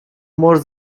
more